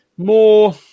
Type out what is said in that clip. more